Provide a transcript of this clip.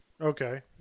Okay